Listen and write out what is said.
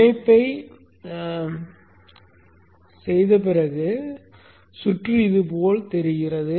இணைப்பைச் செய்த பிறகு சுற்று இதுபோல் தெரிகிறது